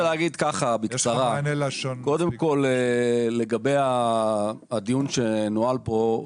קודם כל, לגבי הדיון שהתנהל פה.